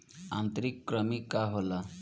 आंतरिक कृमि का होला?